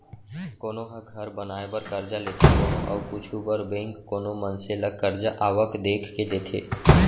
कोनो ह घर बनाए बर करजा लेथे कोनो अउ कुछु बर बेंक कोनो मनसे ल करजा आवक देख के देथे